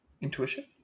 intuition